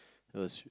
it was